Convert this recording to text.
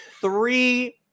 three